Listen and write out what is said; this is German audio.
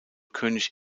könig